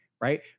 right